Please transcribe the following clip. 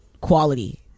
quality